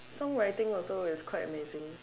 song writing also is quite amazing